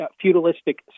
feudalistic